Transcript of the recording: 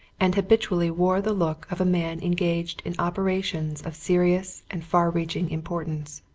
and habitually wore the look of a man engaged in operations of serious and far-reaching importance,